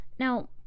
Now